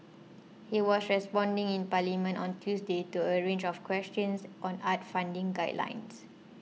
he was responding in Parliament on Tuesday to a range of questions on arts funding guidelines